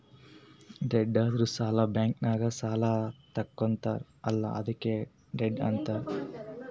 debt ಅಂದುರ್ ಸಾಲ, bank ನಾಗ್ ಸಾಲಾ ತಗೊತ್ತಾರ್ ಅಲ್ಲಾ ಅದ್ಕೆ ಡೆಟ್ ಅಂತಾರ್